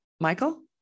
Michael